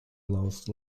lowest